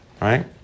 right